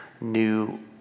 new